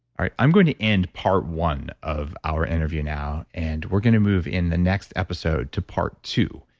i'm going to end part one of our interview now, and we're going to move in the next episode to part two,